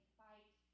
fight